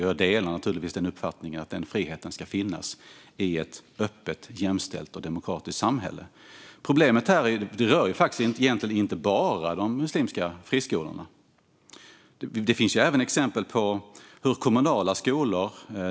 Jag delar naturligtvis uppfattningen att denna frihet ska finnas i ett öppet, jämställt och demokratiskt samhälle. Problemet här är att detta egentligen inte bara rör de muslimska friskolorna. Det finns även exempel på kommunala skolor.